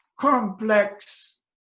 complex